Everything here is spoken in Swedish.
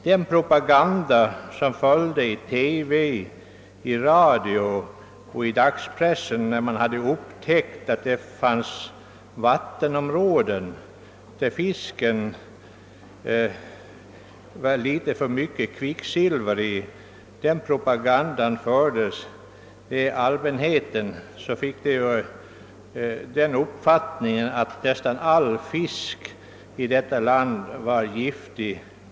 Den propaganda som följde i TV, radio och dagspress när man hade upptäckt att fisken i vissa vattenområden innehöll för mycket kvicksilver medförde att allmänheten fick den uppfattningen, att nästan all fisk i detta land var giftig.